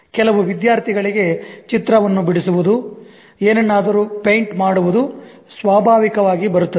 ಕೆಲವು ವಿದ್ಯಾರ್ಥಿಗಳಿಗೆ ಚಿತ್ರವನ್ನು ಬಿಡಿಸುವುದು ಏನನ್ನಾದರೂ ಪೈಂಟ್ ಮಾಡುವುದು ಸ್ವಾಭಾವಿಕವಾಗಿ ಬರುತ್ತದೆ